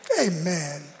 Amen